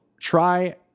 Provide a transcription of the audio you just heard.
try